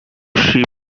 ship